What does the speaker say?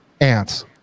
Ants